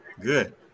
good